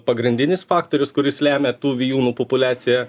pagrindinis faktorius kuris lemia tų vijūnų populiaciją